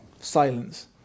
Silence